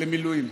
למילואים.